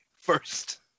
first